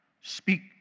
speak